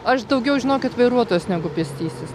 aš daugiau žinokit vairuotojas negu pėstysis